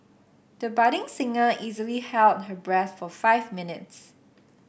the budding singer easily held her breath for five minutes